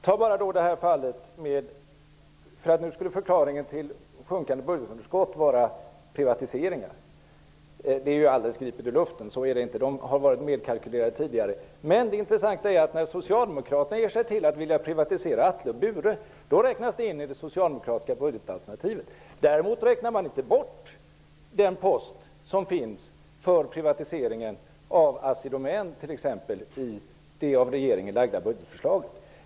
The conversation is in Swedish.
Förklaringen till sjunkande budgetunderskott skulle enligt dem vara privatiseringar. Det är alldeles gripet ur luften. Så är det inte. De har varit medkalkylerade tidigare. Det intressanta är att när Socialdemokraterna vill privatisera Atle och Bure då räknas det in i det socialdemokratiska budgetalternativet. Därmed räknar man inte bort den post som finns för privatiseringen av t.ex. Assi Domän i det av regeringen framlagda budgetförslaget.